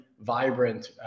vibrant